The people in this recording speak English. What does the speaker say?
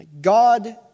God